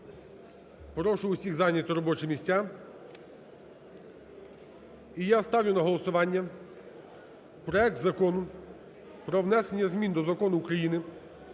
Прошу усіх зайняти робочі місця. І я ставлю на голосування проект Закону про внесення змін до Закону України